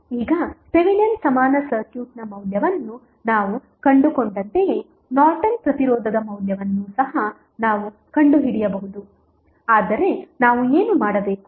ಈಗ ಥೆವೆನಿನ್ ಸಮಾನ ಸರ್ಕ್ಯೂಟ್ನ ಮೌಲ್ಯವನ್ನು ನಾವು ಕಂಡುಕೊಂಡಂತೆಯೇ ನಾರ್ಟನ್ ಪ್ರತಿರೋಧದ ಮೌಲ್ಯವನ್ನು ಸಹ ನಾವು ಕಂಡುಹಿಡಿಯಬಹುದು ಅಂದರೆ ನಾವು ಏನು ಮಾಡಬೇಕು